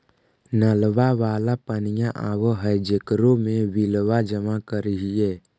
नलवा वाला पनिया आव है जेकरो मे बिलवा जमा करहिऐ?